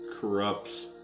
corrupts